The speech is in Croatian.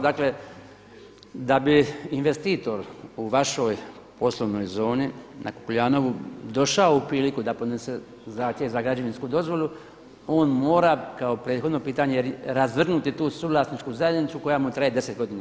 Dakle da bi investitor u vašoj poslovnoj zoni na Kukuljanovu došao u priliku da podnese zahtjev za građevinsku dozvolu on mora kao prethodno pitanje razvrgnuti tu suvlasničku zajednicu koja mu traje 10 godina.